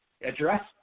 address